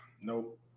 Nope